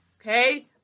okay